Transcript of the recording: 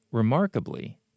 Remarkably